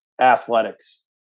athletics